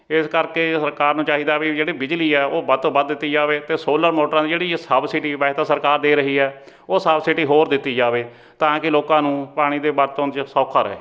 ਇਸ ਕਰਕੇ ਸਰਕਾਰ ਨੂੰ ਚਾਹੀਦਾ ਵੀ ਜਿਹੜੀ ਬਿਜਲੀ ਹੈ ਉਹ ਵੱਧ ਤੋਂ ਵੱਧ ਦਿੱਤੀ ਜਾਵੇ ਅਤੇ ਸੋਲਰ ਮੋਟਰਾਂ ਦੀ ਜਿਹੜੀ ਹੈ ਸਬਸਿਡੀ ਵੈਸੇ ਤਾਂ ਸਰਕਾਰ ਦੇ ਰਹੀ ਹੈ ਉਹ ਸਬਸਿਡੀ ਹੋਰ ਦਿੱਤੀ ਜਾਵੇ ਤਾਂ ਕਿ ਲੋਕਾਂ ਨੂੰ ਪਾਣੀ ਦੀ ਵਰਤੋਂ 'ਚ ਸੌਖਾ ਰਹੇ